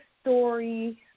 story